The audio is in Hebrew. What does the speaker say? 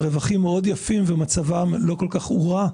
הרווחים מאוד יפים ומצבן לא כל כך הורע,